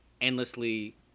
endlessly